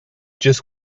just